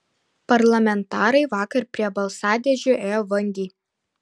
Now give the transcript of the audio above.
parlamentarai vakar prie balsadėžių ėjo vangiai